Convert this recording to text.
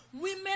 women